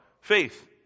faith